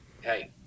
Hey